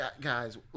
guys